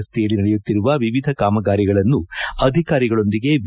ರಸ್ತೆಯಲ್ಲಿ ನಡೆಯುತ್ತಿರುವ ವಿವಿಧ ಕಾಮಗಾರಿಗಳನ್ನು ಅಧಿಕಾರಿಗಳೊಂದಿಗೆ ವಿ